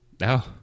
No